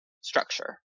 structure